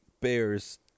Bears